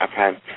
okay